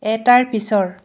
এটাৰ পিছৰ